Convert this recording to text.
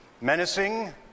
Menacing